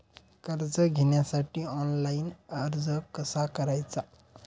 कर्ज घेण्यासाठी ऑनलाइन अर्ज कसा करायचा?